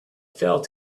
fell